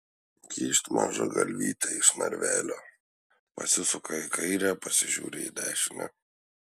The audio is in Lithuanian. kyšt maža galvytė iš narvelio pasisuka į kairę pasižiūri į dešinę